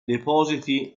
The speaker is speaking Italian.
depositi